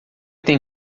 tem